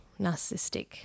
narcissistic